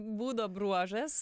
būdo bruožas